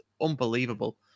Unbelievable